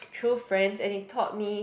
true friends and it taught me